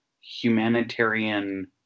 humanitarian